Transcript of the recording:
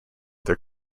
their